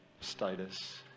status